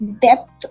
depth